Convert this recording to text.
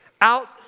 out